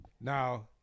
Now